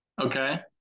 Okay